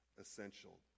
essential